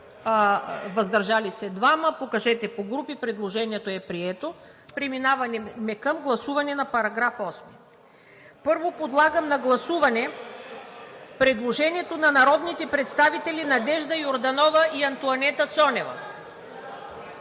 въздържали се 2. Предложението е прието. Преминаваме към гласуване на § 8. Първо, подлагам на гласуване предложението на народните представители Надежда Йорданова и Антоанета Цонева.